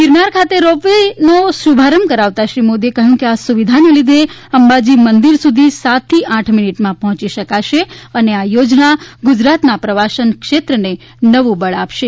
ગીરનાર ખાતે રો પવેનો શુભારંભ કરાવતાં શ્રી મોદીએ કહયું કે આ સુવિધાના લીધે અંબાજી મંદીર સુધી સાત થી આઠ મીનીટમાં પહોંચી શકાશે અને આ યોજના ગુજરાતના પ્રવાસન ક્ષેત્રને નવું બળ પુરું પાડશે